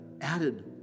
added